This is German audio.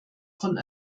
von